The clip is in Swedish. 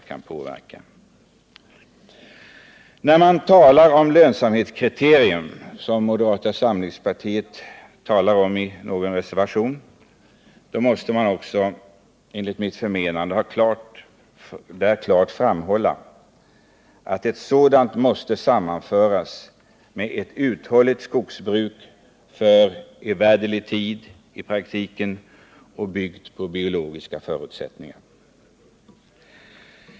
; När man talar om vikten av att bedriva en god skogspolitik utifrån vissa lönsamhetskriterier — som moderata samlingspartiet gör i en reservation — måste man dock enligt mitt förmenande därvid också klart framhålla att ett sådant krav måste sammanföras med kravet på ett uthålligt skogsbruk — i praktiken för evärdlig tid — byggt på biologiska förutsättningar.